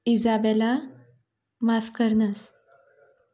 Isabella Mascarenhas